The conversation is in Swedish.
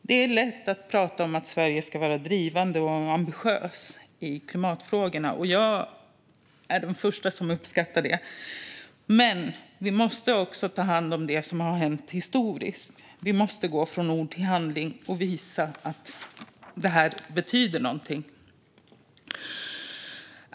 Det är lätt att prata om att Sverige ska vara drivande och ambitiöst i klimatfrågorna. Jag är den första att uppskatta det. Men vi måste också ta hand om det som hänt i historien. Vi måste gå från ord till handling och visa att det här betyder någonting.